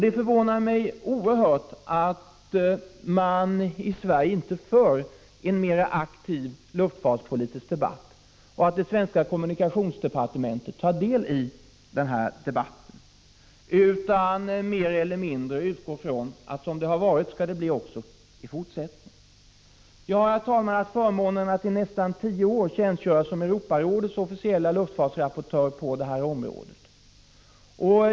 Det förvånar mig mycket att det i Sverige inte förs en mera aktiv luftfartspolitisk debatt och att det svenska kommunikationsdepartementet inte tar del i denna debatt utan mer eller mindre utgår från att så som det har varit skall det bli också i fortsättningen. Jag har, herr talman, haft förmånen att i nästan tio år tjänstgöra som 16 december 1985 Europarådets luftfartsrapportör på området.